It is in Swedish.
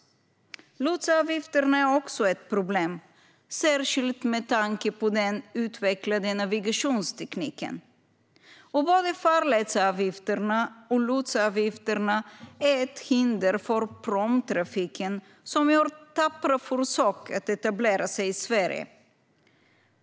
Lotsavgifterna är också ett problem, särskilt med tanke på den utvecklade navigationstekniken. Både farledsavgifterna och lotsavgifterna är ett hinder för pråmtrafiken, som gör tappra försök att etablera sig i Sverige.